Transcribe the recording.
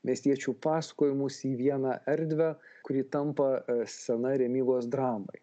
miestiečių paskojimus į vieną erdvę kuri tampa scena remygos dramai